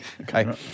Okay